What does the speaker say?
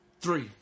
three